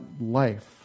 life